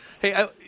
Hey